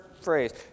phrase